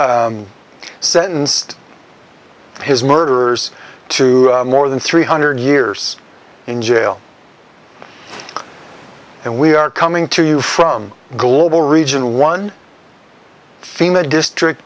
sentenced his murderers to more than three hundred years in jail and we are coming to you from global region one theme that district